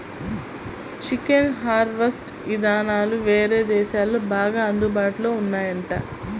chicken harvest ఇదానాలు వేరే దేశాల్లో బాగా అందుబాటులో ఉన్నాయంట